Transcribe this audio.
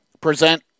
present